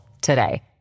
today